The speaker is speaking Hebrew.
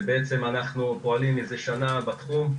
ובעצם אנחנו פועלים מזה שנה בתחום.